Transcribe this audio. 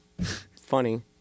funny